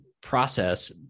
process